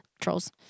trolls